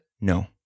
No